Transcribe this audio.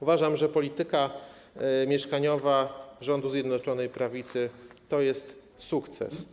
Uważam, że polityka mieszkaniowa rządu Zjednoczonej Prawicy to jest sukces.